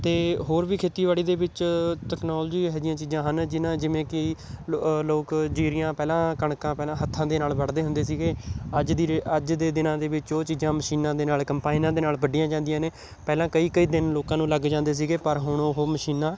ਅਤੇ ਹੋਰ ਵੀ ਖੇਤੀਬਾੜੀ ਦੇ ਵਿੱਚ ਟੈਕਨੋਲੋਜੀ ਇਹੋ ਜਿਹੀਆਂ ਚੀਜ਼ਾਂ ਹਨ ਜਿਨ੍ਹਾਂ ਜਿਵੇਂ ਕਿ ਲੋਕ ਜੀਰੀਆਂ ਪਹਿਲਾਂ ਕਣਕਾਂ ਪਹਿਲਾਂ ਹੱਥਾਂ ਦੇ ਨਾਲ਼ ਵੱਢਦੇ ਹੁੰਦੇ ਸੀਗੇ ਅੱਜ ਦੀ ਰੇ ਅੱਜ ਦੇ ਦਿਨਾਂ ਦੇ ਵਿੱਚ ਉਹ ਚੀਜ਼ਾਂ ਮਸ਼ੀਨਾਂ ਦੇ ਨਾਲ਼ ਕੰਪਾਈਨਾਂ ਦੇ ਨਾਲ਼ ਵੱਢੀਆਂ ਜਾਂਦੀਆਂ ਨੇ ਪਹਿਲਾਂ ਕਈ ਕਈ ਦਿਨ ਲੋਕਾਂ ਨੂੰ ਲੱਗ ਜਾਂਦੇ ਸੀਗੇ ਪਰ ਹੁਣ ਉਹ ਮਸ਼ੀਨਾਂ